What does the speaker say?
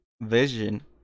Vision